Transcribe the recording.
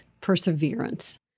perseverance